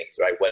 right